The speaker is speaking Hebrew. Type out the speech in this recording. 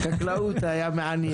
בחקלאות היה מעניין.